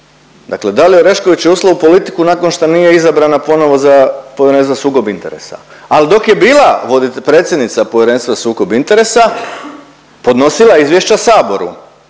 Dakle, Dalija Orešković je ušla u politiku nakon šta nije izabrana ponovo za Povjerenstvo za sukob interesa, al dok je bila predsjednica Povjerenstva za sukob interesa podnosila je izvješća saboru.